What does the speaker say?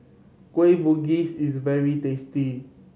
Kueh Bugis is very tasty